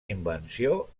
invenció